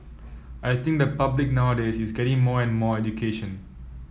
I think the public nowadays is getting more and more education